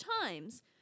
times